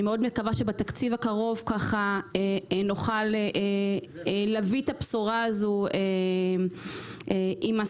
אני מקווה מאוד שבתקציב הקרוב נוכל להביא את הבשורה הזאת עם השרה.